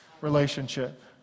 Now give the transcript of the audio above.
Relationship